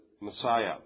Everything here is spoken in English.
Messiah